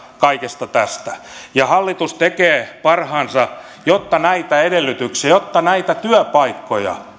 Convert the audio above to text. kaikesta tästä hallitus tekee parhaansa jotta näitä edellytyksiä ja jotta näitä työpaikkoja